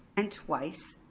and twice,